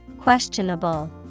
Questionable